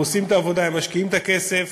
הם עושים את העבודה, הם משקיעים את הכסף.